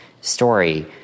story